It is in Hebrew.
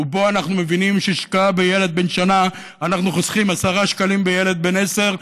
ואנחנו מבינים שבהשקעה בילד בן שנה אנחנו חוסכים 10 שקלים בילד בן עשר,